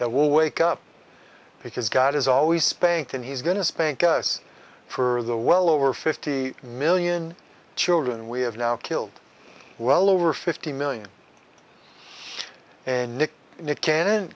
that will wake up because god is always spanked and he's going to spank us for the well over fifty million children we have now killed well over fifty million and nick nick cannon